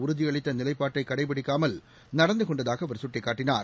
உறுதியளித்த நிலைப்பாட்டைக் கடைபிடிக்காமல் நடந்து கொண்டதாக அவர் சுட்டிக்காட்டினார்